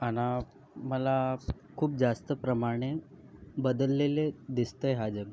आणि मला खूप जास्त प्रमाणे बदललेले दिसतंय हा जग